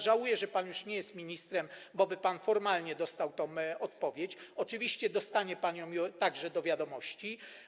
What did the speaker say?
Żałuję, że pan już nie jest ministrem, bo by pan formalnie dostał tę odpowiedź, oczywiście dostanie pan ją także do wiadomości.